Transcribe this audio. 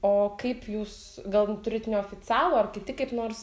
o kaip jūs gal turit neoficialų ar kiti kaip nors